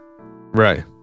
Right